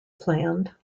planned